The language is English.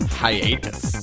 hiatus